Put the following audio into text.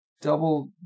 double